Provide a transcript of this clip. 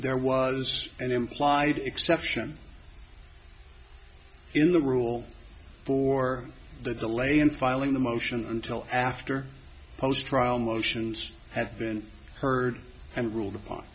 there was an implied exception in the rule for the delay in filing the motion until after post trial motions have been heard and ruled upon